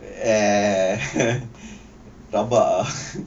eh rabak ah